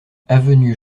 avenue